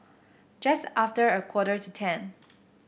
just after a quarter to ten